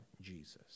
Jesus